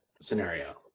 scenario